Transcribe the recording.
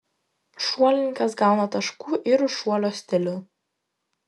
šuolininkas gauna taškų ir už šuolio stilių